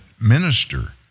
minister